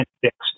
fixed